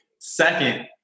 Second